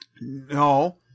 No